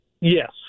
Yes